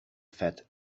fat